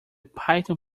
python